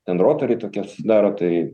ten rotoriai tokie susidaro tai